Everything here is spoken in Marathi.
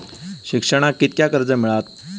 शिक्षणाक कीतक्या कर्ज मिलात?